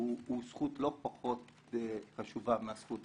שהוא זכות לא פחות חשובה מהזכות